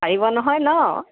পাৰিব নহয় ন